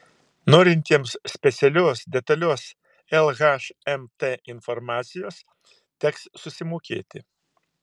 norintiems specialios detalios lhmt informacijos teks susimokėti